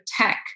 tech